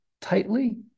tightly